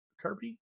kirby